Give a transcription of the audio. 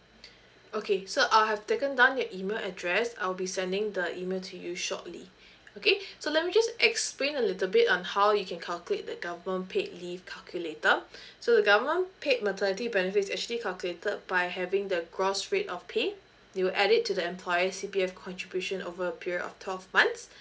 okay so I have taken down your email address I'll be sending the email to you shortly okay so let me just explain a little bit on how you can calculate the government paid leave calculator so the government paid maternity benefits actually calculated by having the gross rate of pay you will add it to the employer's C_P_F contribution over a period of twelve months